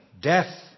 death